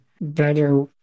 better